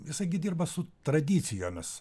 jisai gi dirba su tradicijomis